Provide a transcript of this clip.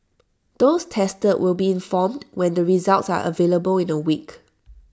those tested will be informed when the results are available in A week